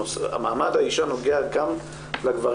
מעמד האישה נוגע גם לגברים,